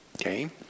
okay